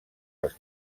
als